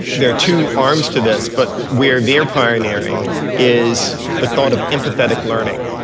there are two arms to this, but where they are pioneering is the thought of empathetic learning,